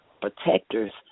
protectors